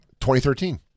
2013